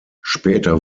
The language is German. später